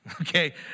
okay